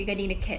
regarding the cat